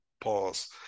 pause